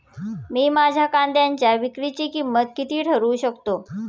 मी माझ्या कांद्यांच्या विक्रीची किंमत किती ठरवू शकतो?